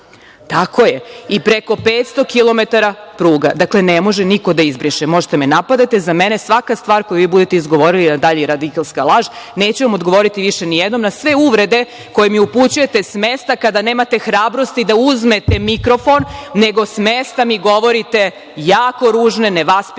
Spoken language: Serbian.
Srbije. I preko 500 kilometara pruga. Ne može niko da izbriše. Možete me napadati, za mene je svaka stvar koju vi budete izgovorili na dalje radikalska laž. Neću vam odgovoriti više nijednom na sve uvrede koje mi upućujete s mesta, kada nemate hrabrosti da uzmete mikrofon, nego s mesta mi govorite jako ružne, nevaspitane